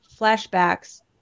flashbacks